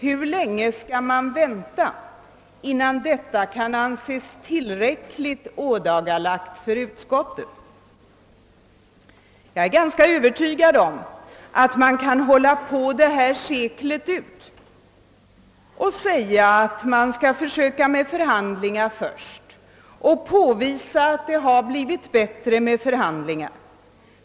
Hur länge skall man vänta innan detta kan anses tillräckligt ådagalagt för utskottet? Jag är ganska övertygad om att man kan hålla på detta sekel ut och säga att man först skall försöka med förhandlingar och dessutom påvisa att det har blivit bättre med förhandlingar.